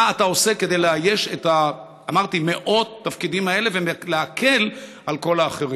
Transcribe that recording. מה אתה עושה כדי לאייש את מאות תפקידים האלה ולהקל על כל האחרים?